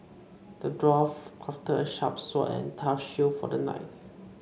the dwarf crafted a sharp sword and a tough shield for the knight